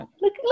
look